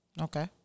Okay